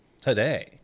today